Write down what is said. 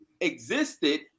existed